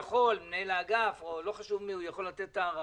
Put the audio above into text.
שמנהל האגף או לא חשוב מי יכול לתת הארכה.